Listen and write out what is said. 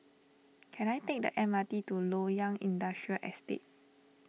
can I take the M R T to Loyang Industrial Estate